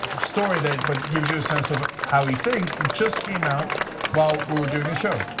story that but gives you a sense of how he thinks just came out while we were doing a show.